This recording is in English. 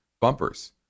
bumpers